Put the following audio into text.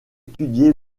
étudié